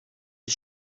les